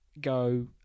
go